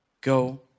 Go